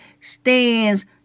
stands